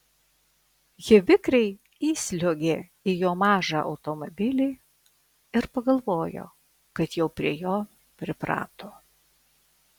ji vikriai įsliuogė į jo mažą automobilį ir pagalvojo kad jau prie jo priprato